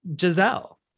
Giselle